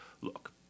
Look